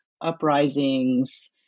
uprisings